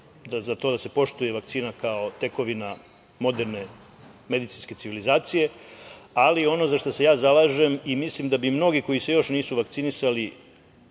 za to da se poštuje vakcina kao tekovina moderne medicinske civilizacije, ali ono za šta se ja zalažem i mislim da bi mnogi koji se još nisu vakcinisali